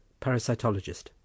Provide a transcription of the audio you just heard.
Parasitologist